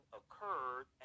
occurred